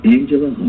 Angela